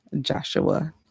Joshua